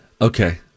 Okay